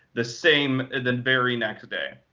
the same and the very next day.